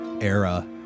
era